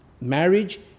Marriage